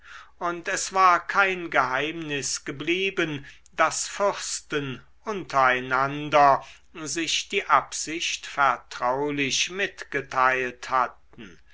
und es war kein geheimnis geblieben daß fürsten untereinander sich die absicht vertraulich mitgeteilt hatten